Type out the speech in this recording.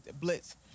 blitz